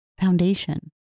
foundation